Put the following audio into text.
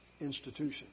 institution